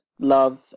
Love